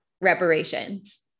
reparations